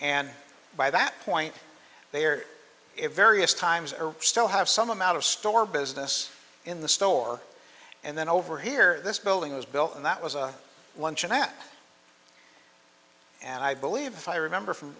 and by that point they are various times are still have some amount of store business in the store and then over here this building was built and that was a luncheon at and i believe if i remember from